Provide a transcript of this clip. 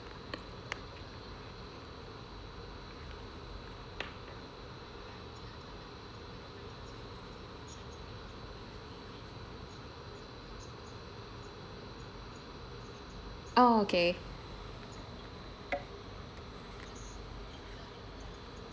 oh okay